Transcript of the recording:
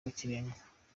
rw’ikirenga